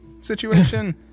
situation